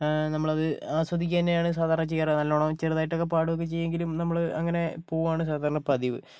നമ്മളത് ആസ്വദിക്കുക തന്നെയാണ് സാധാരണ ചെയ്യുക നല്ലവണ്ണം ചെറുതായിട്ടൊക്കെ പാടുകയൊക്കെ ചെയ്യുമെങ്കിലും നമ്മൾ അങ്ങനെ പോവുകയാണ് സാധാരണ പതിവ്